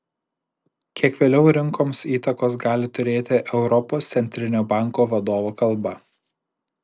kiek vėliau rinkoms įtakos gali turėti europos centrinio banko vadovo kalba